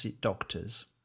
doctors